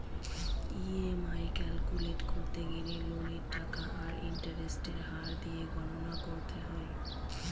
EMI calculate করতে গেলে লোনের টাকা আর ইন্টারেস্টের হার দিয়ে গণনা করতে হয়